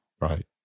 Right